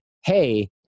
hey